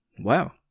Wow